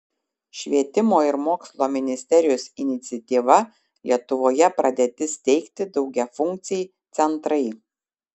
švietimo ir mokslo ministerijos iniciatyva lietuvoje pradėti steigti daugiafunkciai centrai